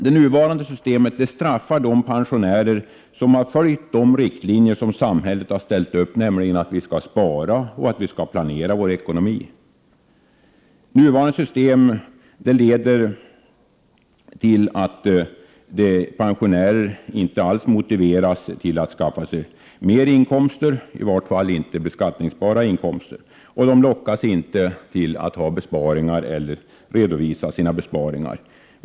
Det nuvarande systemet straffar de pensionärer som har följt de riktlinjer samhället har ställt upp, nämligen att vi skall spara och att vi skall planera vår ekonomi. Nuvarande system leder till att pensionärer inte alls motiveras till att skaffa sig mer inkomster, i varje fall inte beskattningsbara. De lockas inte till att ha besparingar eller att redovisa sina besparingar.